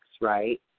right